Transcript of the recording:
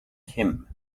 him